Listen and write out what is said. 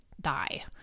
die